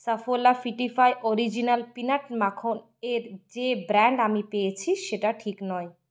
Saffola Fitify original peanut মাখন এর যে ব্র্যান্ড আমি পেয়েছি সেটা ঠিক নয়